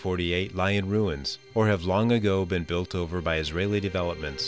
forty eight lie in ruins or have long ago been built over by israeli development